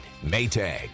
Maytag